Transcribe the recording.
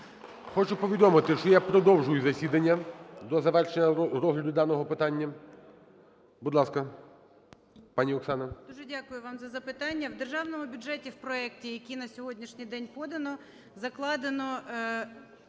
Хочу повідомити, що я продовжую засідання до завершення розгляду даного питання. Будь ласка, пані Оксана. 12:00:28 МАРКАРОВА О.С. Дуже дякую вам за запитання. В Державному бюджеті, в проекті, який на сьогоднішній день подано, закладено